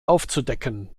aufzudecken